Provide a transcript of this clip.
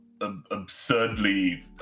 absurdly